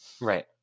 Right